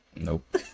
Nope